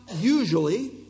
usually